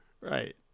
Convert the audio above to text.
Right